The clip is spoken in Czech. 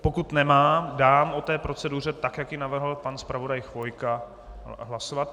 Pokud nemá, dám o té proceduře, tak jak ji navrhl pan zpravodaj Chvojka, hlasovat.